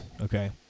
Okay